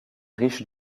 riche